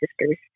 sisters